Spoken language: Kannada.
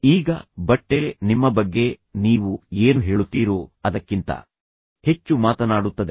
ಈಗ ಬಟ್ಟೆ ನಿಮ್ಮ ಬಗ್ಗೆ ನೀವು ಏನು ಹೇಳುತ್ತೀರೋ ಅದಕ್ಕಿಂತ ಹೆಚ್ಚು ಮಾತನಾಡುತ್ತದೆ